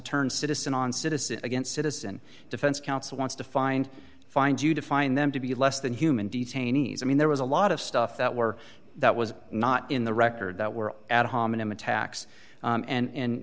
turn citizen on citizen against citizen defense counsel wants to find find you to find them to be less than human detainees i mean there was a lot of stuff that were that was not in the record that were ad hominem attacks and